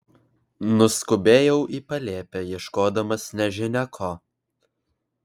nuskubėjau į palėpę ieškodamas nežinia ko